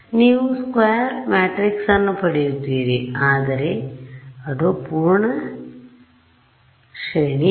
ನೀವು square matrix ಅನ್ನು ಪಡೆಯುತ್ತೀರಿ ಆದರೆ ಅದು ಪೂರ್ಣ ಶ್ರೇಣಿಯಲ್ಲ